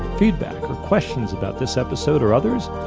feedback, or questions about this episode or others,